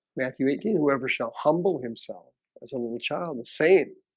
matthew eighteen, whoever shall humble himself as a little child the same